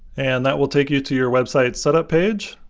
and that will take you to your website setup page.